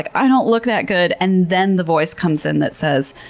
i don't look that good. and then the voice comes in that says,